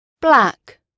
Black